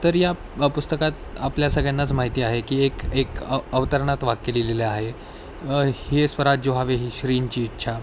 तर या पुस्तकात आपल्या सगळ्यांनाच माहिती आहे की एक एक अवतरणात वाक्य लिहिलेले आहे हे स्वराज्य व्हावे ही श्रींची इच्छा